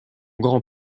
grand